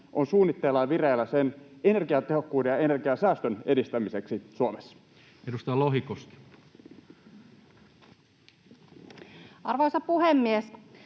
on suunnitteilla ja vireillä energiatehokkuuden ja energian säästön edistämiseksi Suomessa? Edustaja Lohikoski. Arvoisa puhemies!